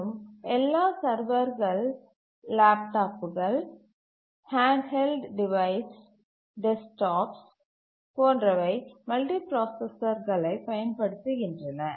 மேலும் எல்லா சர்வர்கள் லேப்டாப்புகள் ஹேண்ட் ஹெல்டு டிவைசஸ் டெஸ்க்டாப்புகள் போன்றவை மல்டிபிராசஸர்களைப் பயன்படுத்துகின்றன